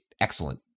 excellent